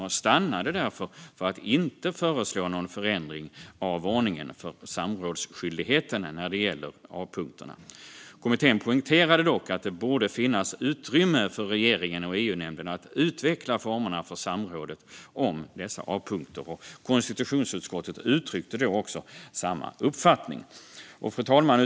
Man stannade därför vid att inte föreslå någon förändring av ordningen för samrådsskyldigheten när det gäller A-punkterna. Kommittén poängterade dock att det borde finnas utrymme för regeringen och EU-nämnden att utveckla formerna för samrådet om dessa A-punkter. Konstitutionsutskottet uttryckte samma uppfattning. Fru talman!